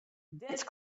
dense